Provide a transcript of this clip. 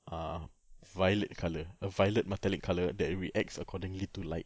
uh violet colour a violet metallic colour that reacts accordingly to light